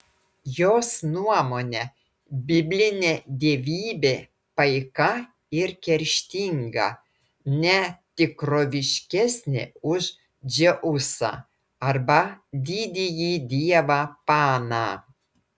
jos nuomone biblinė dievybė paika ir kerštinga ne tikroviškesnė už dzeusą arba didįjį dievą paną